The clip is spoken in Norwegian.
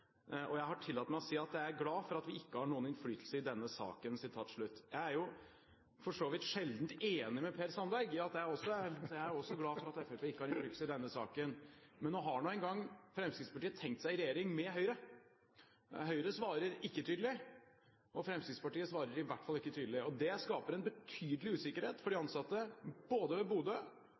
og jeg har tillatt meg å si at jeg er glad for at vi ikke har noen innflytelse i denne saken.» Jeg er for så vidt sjeldent enig med Per Sandberg i at jeg også er glad for at Fremskrittspartiet ikke har noen innflytelse i denne saken. Men nå har nå engang Fremskrittspartiet tenkt seg i regjering med Høyre. Høyre svarer ikke tydelig, og Fremskrittspartiet svarer i hvert fall ikke tydelig. Det skaper en betydelig usikkerhet for de ansatte, både ved Bodø